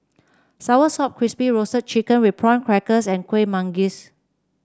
soursop Crispy Roasted Chicken with Prawn Crackers and Kuih Manggis